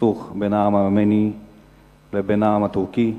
בסכסוך בין העם הארמני לבין העם הטורקי.